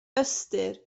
ystyr